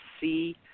see